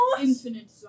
Infinite